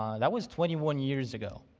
ah that was twenty one years ago.